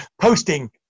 Posting